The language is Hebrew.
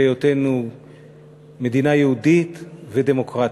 של היותנו מדינה יהודית ודמוקרטית.